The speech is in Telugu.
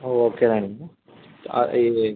ఓకేనండి ఇది